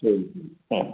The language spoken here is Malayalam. ശരി ആ